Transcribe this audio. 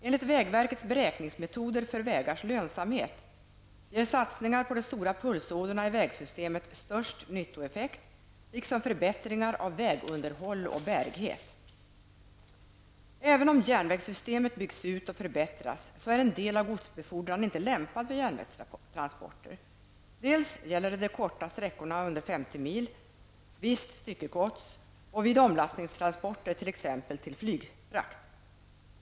Enligt vägverkets beräkningsmetoder för vägars lönsamhet ger satsningar på de stora pulsådrorna i vägsystemet störst nyttoeffekt liksom förbättringar av vägunderhåll och bärighet. Även om järnvägssystemet byggs ut och förbättras, är en del av godsbefordran inte lämpad för järnvägstransporter. Dels gäller det de korta sträckorna under 50 mil, dels visst styckegods och vid omlastningstransporter t.ex. till flygfrakt.